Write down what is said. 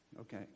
Okay